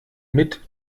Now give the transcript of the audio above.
mit